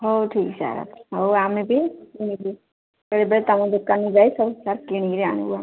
ହଉ ଠିକ୍ ସାର୍ ହଉ ଆମେ ବି ବେଳେବେଳେ ତମ ଦୋକାନକୁ ଯାଇ ସବୁ ସାର୍ କିଣିକିରି ଆଣିବୁ ଆମେ